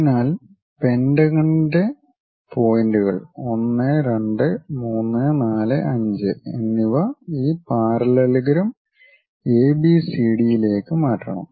അതിനാൽ പെന്റഗണിന്റെ പോയിന്റുകൾ 1 2 3 4 5 എന്നിവ ഈ പാരലലഗ്രം എബിസിഡി യിലേക്ക് മാറ്റണം